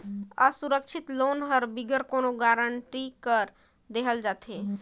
असुरक्छित लोन हर बिगर कोनो गरंटी कर देहल जाथे